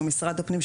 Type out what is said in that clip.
שהוא משרד הפנים,